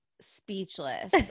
speechless